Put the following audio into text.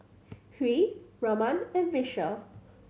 Hri Raman and Vishal